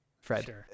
Fred